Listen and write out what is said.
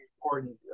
important